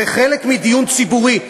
זה חלק מדיון ציבורי.